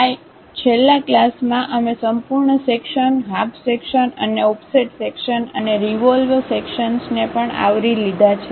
થાય છેલ્લા ક્લાસમાં અમે સંપૂર્ણ સેક્શન હફ સેક્શન અને ઓફસેટ સેક્શન અને રીવોલવ સેક્શનસને પણ આવરી લીધા છે